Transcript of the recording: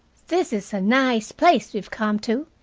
this is a nice place we've come to,